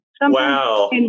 Wow